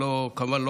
כמובן,